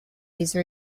these